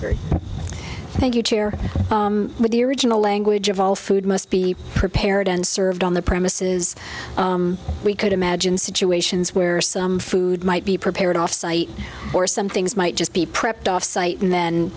the original language of all food must be prepared and served on the premises we could imagine situations where some food might be prepared offsite or some things might just be prepped offsite and then